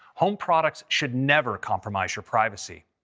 home products should never compromise your privacy.